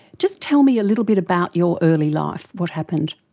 just tell me a little bit about your early life, what happened?